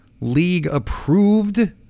league-approved